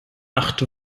acht